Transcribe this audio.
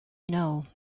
know